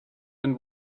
and